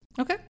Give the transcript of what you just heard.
Okay